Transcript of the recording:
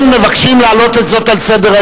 הם מבקשים להעלות את זה על סדר-היום.